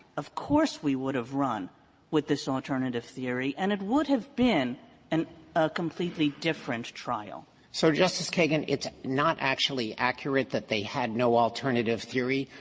of course we would have run with this alternative theory and it would have been an a completely different trial. dreeben so, justice kagan, it's not actually accurate that they had no alternative theory.